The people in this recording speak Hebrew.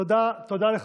תודה לך.